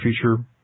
future